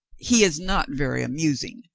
he is not very amusing,